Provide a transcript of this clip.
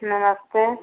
नमस्ते